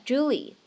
Julie